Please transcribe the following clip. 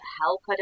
help